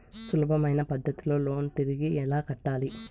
సులభమైన పద్ధతిలో లోను తిరిగి ఎలా కట్టాలి